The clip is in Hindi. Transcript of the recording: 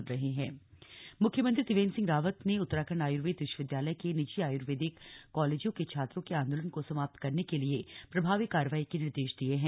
छात्र आंदोलन मुख्यमंत्री त्रिवेन्द्र सिंह रावत ने उत्तराखण्ड आयुर्वेद विश्वविद्यालय के निजी आयुर्वेदिक कालेजों के छात्रों के आन्दोलन को समाप्त करने के लिए प्रभावी कार्रवाई के निर्देश दिये हैं